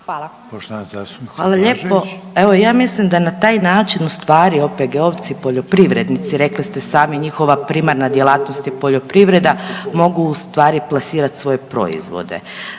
(HDZ)** Hvala lijepo. Ja mislim da na taj način ustvari OPG-ovci poljoprivrednici, rekli ste sami njihova primarna djelatnost je poljoprivreda, mogu ustvari plasirati svoje proizvode.